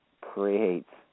creates